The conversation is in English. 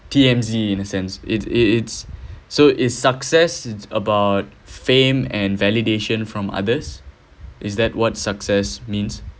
T_M_Z in a sense it's it's so it's success it's about fame and validation from others is that what success means